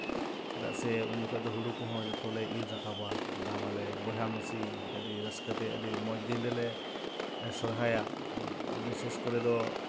ᱪᱮᱫᱟᱜ ᱥᱮ ᱩᱱ ᱡᱚᱠᱷᱚᱱ ᱫᱚ ᱦᱩᱲᱩ ᱠᱚᱦᱚᱸ ᱡᱚᱛᱚ ᱞᱮ ᱤᱨ ᱨᱟᱠᱟᱵᱟ ᱫᱟᱞᱟᱞᱮ ᱵᱚᱭᱦᱟ ᱢᱤᱥᱤ ᱟᱹᱰᱤ ᱨᱟᱹᱥᱠᱟᱹ ᱛᱮ ᱟᱹᱰᱤ ᱢᱚᱡᱽ ᱫᱤᱱ ᱨᱮᱞᱮ ᱥᱚᱨᱦᱟᱭᱟ ᱵᱤᱥᱮᱥ ᱠᱚᱨᱮ ᱫᱚ